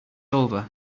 over